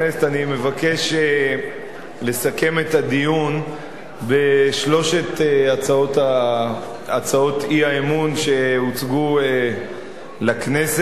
אני מבקש לסכם את הדיון בשלוש הצעות האי-אמון שהוצגו לכנסת.